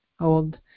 old